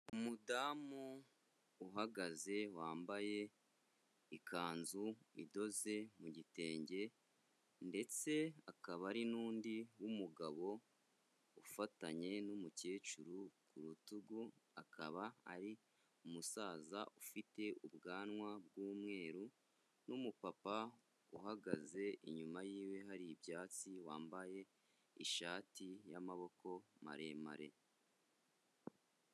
Umudamu uhagaze wambaye ikanzu idoze mu gitenge ndetse hakaba hari n'undi w'umugabo ufatanye n'umukecuru ku rutugu, akaba ari umusaza ufite ubwanwa bw'umweru n'umupapa uhagaze inyuma yiwe hari ibyatsi, wambaye ishati y'amaboko maremare.